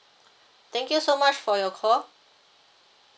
thank you so much for your call